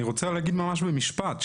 אני רוצה להגיד ממש במשפט,